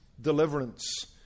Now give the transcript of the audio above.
deliverance